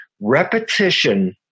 Repetition